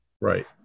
right